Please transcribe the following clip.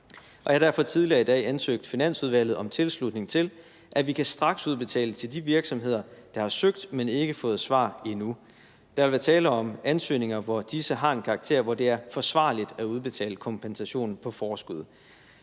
jeg har derfor tidligere i dag ansøgt Finansudvalget om tilslutning til, at vi kan straksudbetale til de virksomheder, der har søgt, men ikke fået svar endnu. Der vil være tale om ansøgninger, hvor disse har en karakter af, at det er forsvarligt at udbetale kompensation på forskud.